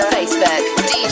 Facebook